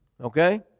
Okay